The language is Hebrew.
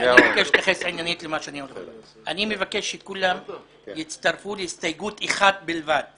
אני מבקש שכולם יצטרפו להסתייגות אחת בלבד,